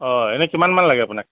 অঁ এনেই কিমানমান লাগে আপোনাক